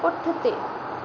पुठिते